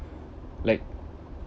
like